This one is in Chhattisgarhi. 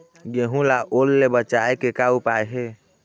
गेहूं ला ओल ले बचाए के का उपाय हे?